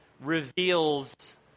reveals